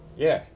yeah